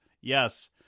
Yes